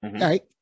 right